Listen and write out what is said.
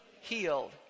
healed